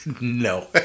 No